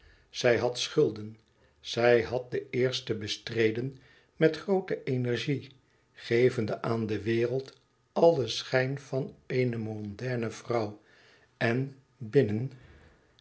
zij had schulden zij had ze eerst bestreden met groote energie gevende aan de wereld allen schijn van eene mondaine vrouw en binnen